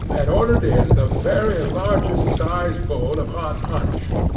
and ordered in the very largest sized bowl of hot punch,